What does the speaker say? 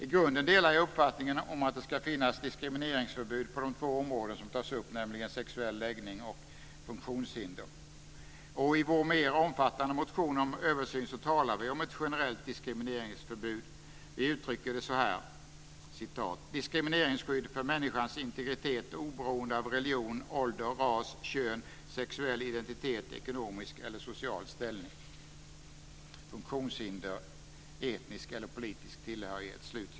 I grunden delar jag uppfattningen om att det ska finnas diskrimineringsförbud på de två områden som tas upp, nämligen sexuell läggning och funktionshinder. I vår mer omfattande motion om en översyn talar vi om ett generellt diskrimineringsförbud. Vi talar om diskrimineringsskydd för människans integritet oberoende av religion, ålder, ras, kön, sexuell identitet, ekonomisk eller social ställning, funktionshinder och etnisk eller politisk tillhörighet.